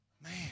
Man